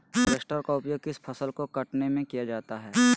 Harvester का उपयोग किस फसल को कटने में किया जाता है?